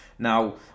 Now